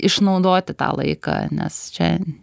išnaudoti tą laiką nes čia